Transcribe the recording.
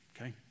Okay